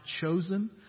chosen